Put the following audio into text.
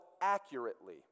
accurately